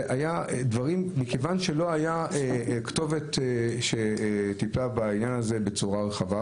מכיוון שלא הייתה כתובת שטיפלה בעניין בצורה רחבה.